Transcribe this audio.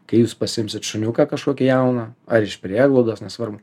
kai jūs pasiimsit šuniuką kažkokį jauną ar iš prieglaudos nesvarbu